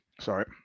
sorry